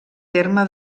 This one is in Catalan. terme